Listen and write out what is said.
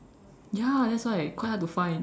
ya that's why quite hard to find